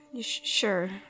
sure